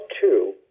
two